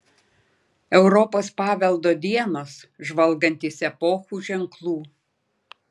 europos paveldo dienos žvalgantis epochų ženklų